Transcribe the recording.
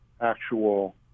actual